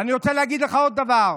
ואני רוצה להגיד לך עוד דבר.